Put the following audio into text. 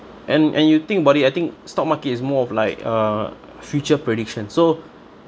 and and you think about it I think stock market is more of like a future prediction so